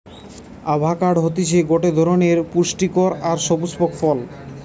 avocado হতিছে গটে ধরণের পুস্টিকর আর সুপুস্পক ফল